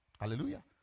Hallelujah